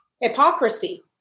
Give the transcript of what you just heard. hypocrisy